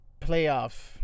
Playoff